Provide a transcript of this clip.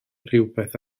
rhywbeth